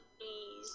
please